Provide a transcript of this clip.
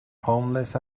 homeless